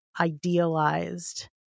idealized